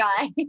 guy